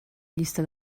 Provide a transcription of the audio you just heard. llista